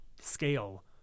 scale